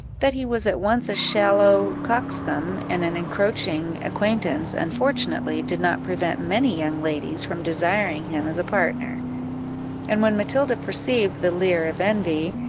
that he was at once a shallow coxcomb and an encroaching acquaintance, unfortunately did not prevent many young ladies from desiring him as a partner and when matilda perceived the leer of envy,